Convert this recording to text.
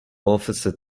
officer